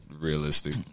realistic